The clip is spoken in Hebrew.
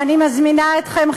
ואני מזמינה אתכם,